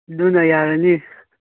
ꯑꯗꯨꯅ ꯌꯥꯔꯅꯤ